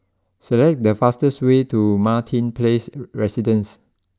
select the fastest way to Martin place Residences